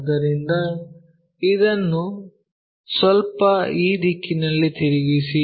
ಆದ್ದರಿಂದ ಇದನ್ನು ಸ್ವಲ್ಪ ಈ ದಿಕ್ಕಿನಲ್ಲಿ ತಿರುಗಿಸಿ